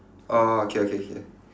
orh okay okay okay